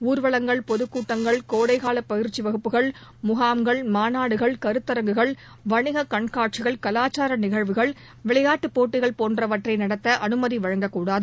ஊர்வலங்கள் பொதுக்கூட்டங்கள் கோடைக்கால பயிற்சி வகுப்புகள் முகாம்கள் மாநாடுகள் கருத்தரங்குகள் வணிக கண்காட்சிகள் கவாச்சார நிகழ்வுகள் விளையாட்டுப் போட்டிகள் போன்றவற்றை நடத்த அனுமதி வழங்கக்கூடாது